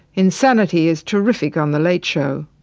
insanity is terrific on the late show,